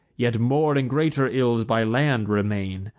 yet more and greater ills by land remain.